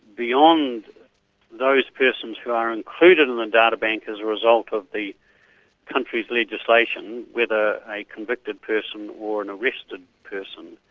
beyond those persons who are included in the and databank as a result of the country's legislation, whether a convicted person or an arrested person.